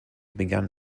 began